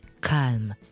calm